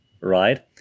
right